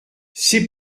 c’est